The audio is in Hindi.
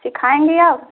सिखाएँगे आप